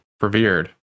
revered